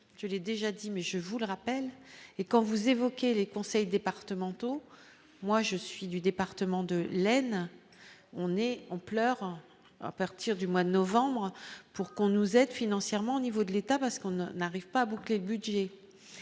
je l'ai déjà dit mais je vous le rappelle, et quand vous évoquez les conseils départementaux, moi je suis du département de l'aine on est on pleure à partir du mois de novembre pour qu'on nous aide financièrement au niveau de l'État, parce qu'on a n'arrive pas bouclé, budget,